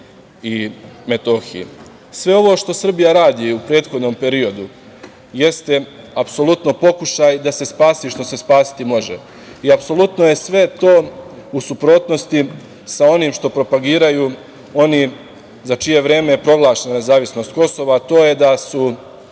na KiM.Sve ovo što Srbija radi u prethodnom periodu jeste apsolutno pokušaj da se spasi što se spasiti može i apsolutno je sve to u suprotnosti sa onim što propagiraju oni za čije vreme je proglašena nezavisnost Kosova, a to je da su